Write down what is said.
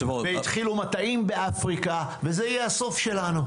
התחילו מטעים באפריקה וזה יהיה הסוף שלנו.